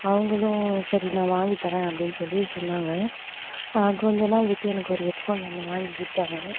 அவங்களும் சரி நான் வாங்கித்தர்றேன் அப்படின்னு சொல்லி சொன்னாங்க கொஞ்சநாள் விட்டு எனக்கொரு ஹெட் ஃபோன் ஒன்று வாங்கிக் கொடுத்தாங்க